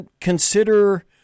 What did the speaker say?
consider